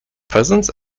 presents